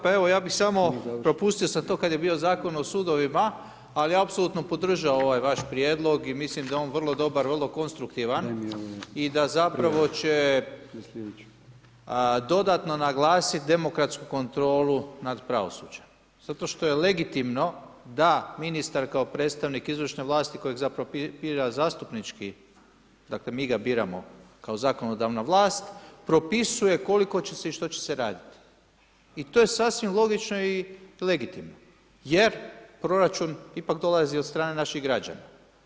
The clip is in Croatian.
Pa evo ja bih samo propustio sam to kada je bio Zakon o sudovima ali apsolutno podržao ovaj vaš prijedlog i mislim da je on vrlo dobar, vrlo konstruktivan i da zapravo dodatno naglasiti demokratsku kontrolu nad pravosuđem zato što je legitimno da ministar kao predstavnik izvršne vlasti kojeg zapravo bira zastupnički, dakle mi ga biramo kao zakonodavna vlast, propisuje koliko će se i što će se raditi i to je sasvim logično i legitimno jer proračun ipak dolazi od strane naših građana.